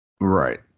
Right